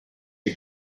you